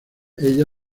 ella